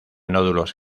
nódulos